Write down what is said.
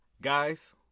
guys